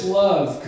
love